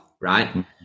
right